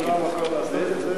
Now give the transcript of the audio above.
זה לא המקום לעשות את זה.